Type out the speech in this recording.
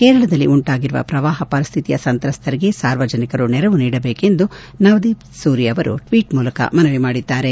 ಕೇರಳದಲ್ಲಿ ಉಂಟಾಗಿರುವ ಪ್ರವಾಹ ಪರಿಸ್ವಿತಿಯ ಸಂತ್ರಸ್ತರಿಗೆ ಸಾರ್ವಜನಿಕರು ನೆರವು ನೀಡಬೇಕು ಎಂದು ನವದೀಪ್ ಸೂರಿ ಅವರು ಟ್ವೀಟ್ ಮೂಲಕ ಮನವಿ ಮಾಡಿದ್ದಾರೆ